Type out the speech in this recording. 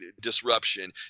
disruption